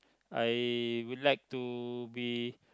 I would like to be